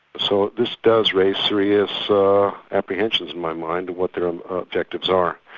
so this does raise serious apprehensions in my mind of what their um objectives are.